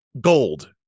Gold